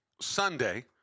Sunday